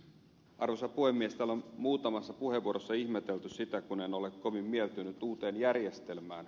täällä on muutamassa puheenvuorossa ihmetelty sitä kun en ole kovin mieltynyt uuteen järjestelmään